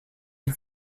and